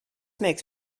makes